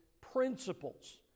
principles